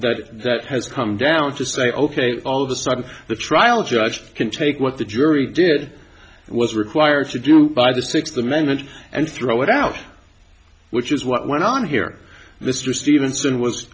w that has come down to say ok all of a sudden the trial judge can take what the jury did was required to do by the sixth amendment and throw it out which is what went on here mr stevens